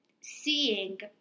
seeing